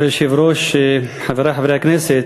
אדוני היושב-ראש, חברי חברי הכנסת,